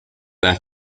their